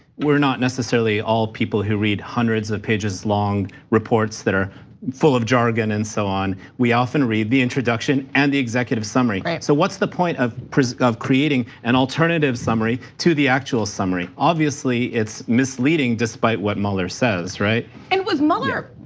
we're not necessarily all people who read hundreds of pages long reports that are full of jargon and so on. we often read the introduction and the executive summary. so what's the point of of creating an alternative summary to the actual summary? obviously it's misleading, despite what mueller says, right? and was mueller,